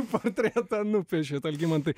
portretą nupiešėt algimantai